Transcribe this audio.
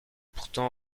pourtant